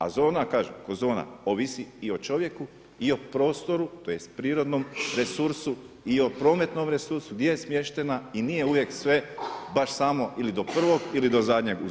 A zona, kažem ko zona ovisi i o čovjeku i o prostoru tj. prirodnom resursu i o prometnom resursu gdje je smještena i nije uvijek sve baš samo ili do prvog ili do zadnjeg u zonu.